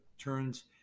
turns